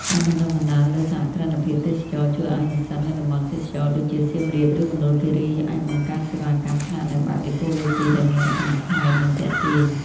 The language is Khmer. ការបណ្ដុះបណ្ដាលលើ "សហគ្រិនភាពទេសចរណ៍" ជួយឱ្យនិស្សិតនៅតំបន់ទេសចរណ៍ដូចជា សៀមរាប ឬមណ្ឌលគិរី អាចបង្កើតសេវាកម្មស្នាក់នៅបែបអេកូឡូស៊ី ដែលមានលក្ខណៈប្លែក និងទាក់ទាញ។